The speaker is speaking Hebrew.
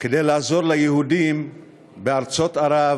כדי לעזור ליהודים בארצות ערב